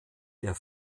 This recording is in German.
der